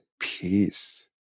peace